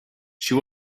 she